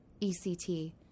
ECT